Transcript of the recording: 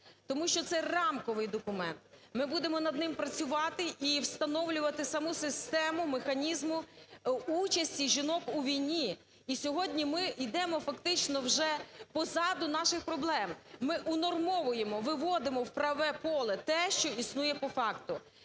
Тому що це рамковий документ, ми будемо над ним працювати і встановлювати саму систему механізму участі жінок у війні. І сьогодні ми йдемо фактично вже позаду наших проблем, ми унормовуємо, виводимо у правове поле те, що існує по факту.